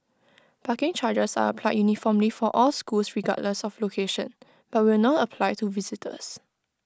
parking charges are applied uniformly for all schools regardless of location but will not apply to visitors